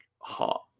hot